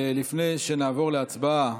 לפני שנעבור להצבעה,